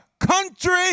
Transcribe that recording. Country